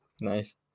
Nice